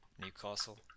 Newcastle